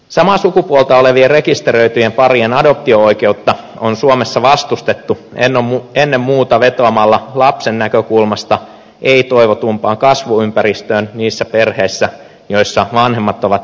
samaa sukupuolta olevien rekisteröityjen parien adoptio oikeutta on suomessa vastustettu ennen muuta vetoamalla lapsen näkökulmasta ei toivotumpaan kasvuympäristöön niissä perheissä joissa vanhemmat ovat samaa sukupuolta